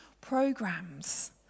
programs